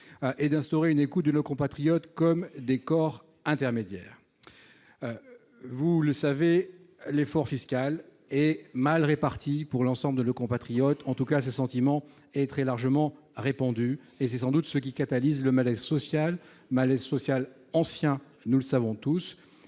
et d'instaurer une écoute de nos compatriotes comme des corps intermédiaires. Vous le savez, l'effort fiscal est mal réparti, pour l'ensemble de nos compatriotes. En tout cas, ce sentiment est très largement répandu et c'est sans doute ce qui catalyse le malaise social. Ce malaise social est ancien, nous le savons tous,